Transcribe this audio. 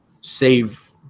save